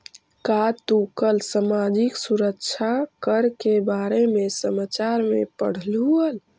का तू कल सामाजिक सुरक्षा कर के बारे में समाचार में पढ़लू हल